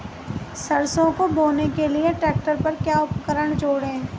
सरसों को बोने के लिये ट्रैक्टर पर क्या उपकरण जोड़ें?